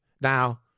Now